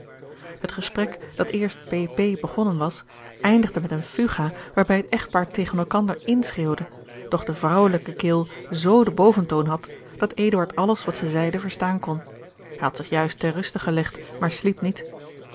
het gesprek dat eerst pp begonnen was eindigde met eene fuga waarbij het echtpaar tegen elkander inschreeuwde doch de vrouwelijke keel z den boventoon had dat eduard alles wat zij zeide verstaan kon hij had zich juist ter ruste gelegd maar sliep niet